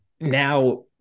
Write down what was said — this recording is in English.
now